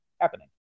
happening